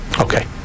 Okay